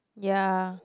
ya